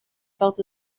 felt